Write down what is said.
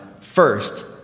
First